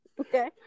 Okay